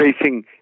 facing